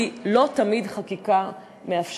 כי לא תמיד חקיקה מאפשרת.